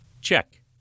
Check